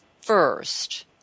first